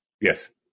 Yes